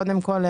קודם כול,